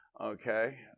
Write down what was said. Okay